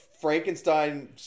Frankenstein